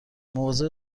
مواظب